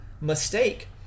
mistake